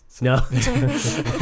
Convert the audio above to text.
No